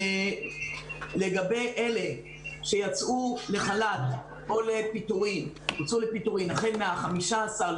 לגבי אלה שיצאו לחל"ת או לפיטורים החל מה-15.3,